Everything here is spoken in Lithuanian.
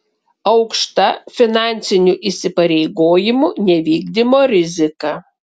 aukšta finansinių įsipareigojimų nevykdymo rizika